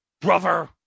brother